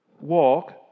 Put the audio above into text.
Walk